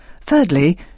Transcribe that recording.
Thirdly